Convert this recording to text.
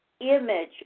image